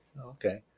Okay